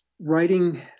writing